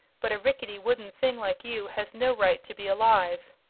but a rickety wooden thing like you has no right to be alive.